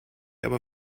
aber